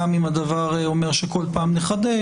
גם אם הדבר אומר שבכל פעם נחדש.